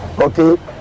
Okay